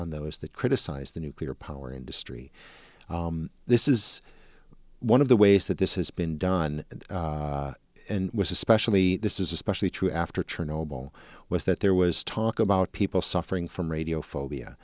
on those that criticize the nuclear power industry this is one of the ways that this has been done and was especially this is especially true after chernobyl was that there was talk about people suffering from radio